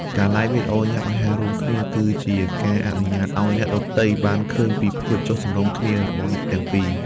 ការ Live វីដេអូញ៉ាំអាហាររួមគ្នា គឺជាការអនុញ្ញាតឱ្យអ្នកដទៃបានឃើញពីភាពចុះសម្រុងគ្នារបស់អ្នកទាំងពីរ។